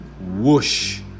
Whoosh